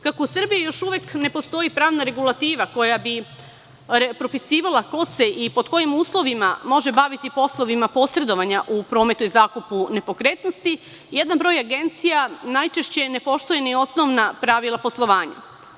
Kako u Srbiji još uvek ne postoji pravna regulativa koja bi propisivala ko se i pod kojim uslovima može baviti poslovima posredovanja u prometu i zakupu nepokretnosti, jedan broj agencija najčešće ne poštuje ni osnovna pravila poslovanja.